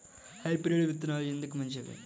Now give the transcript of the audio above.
Hybrid విత్తనాలు ఎందుకు మంచివి?